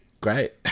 Great